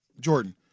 jordan